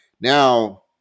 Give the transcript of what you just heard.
now